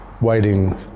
waiting